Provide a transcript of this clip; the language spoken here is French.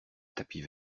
tapis